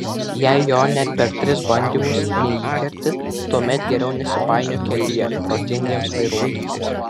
jei jo net per tris bandymus neįkerti tuomet geriau nesipainiok kelyje protingiems vairuotojams